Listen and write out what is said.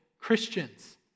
Christians